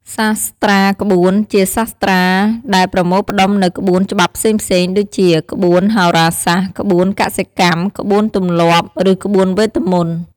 សាស្ត្រាក្បួន ជាសាស្ត្រាដែលប្រមូលផ្ដុំនូវក្បួនច្បាប់ផ្សេងៗ ដូចជា ក្បួនហោរាសាស្ត្រ ក្បួនកសិកម្ម ក្បួនទម្លាប់ ឬក្បួនវេទមន្ត។